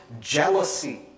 jealousy